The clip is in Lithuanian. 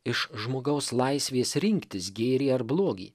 iš žmogaus laisvės rinktis gėrį ar blogį